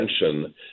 attention